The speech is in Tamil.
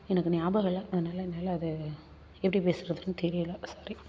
எனக்கு ஞாபகம் இல்லை அதனால் என்னால் அது எப்படி பேசுறதுன்னு தெரியலை சாரி